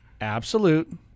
absolute